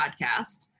podcast